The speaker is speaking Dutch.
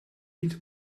niet